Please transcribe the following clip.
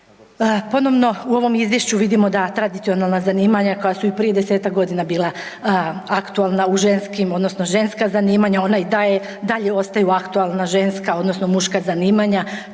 Ponovno u ovom izvješću vidimo da tradicionalna zanimanja koja su i prije 10-tak godina bila aktualna u ženskim odnosno ženska zanimanja ona i dalje ostala aktualna ženska odnosno muška zanimanja,